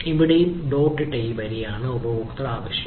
ഇവിടെയും ഡോട്ട് ഇട്ട വരിയാണ് ഉപയോക്തൃ ആവശ്യം